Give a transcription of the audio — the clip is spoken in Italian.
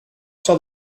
sua